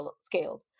scaled